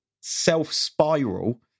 self-spiral